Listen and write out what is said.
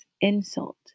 insult